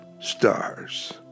stars